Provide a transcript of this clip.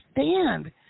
stand